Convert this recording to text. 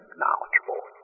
knowledgeable